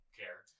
care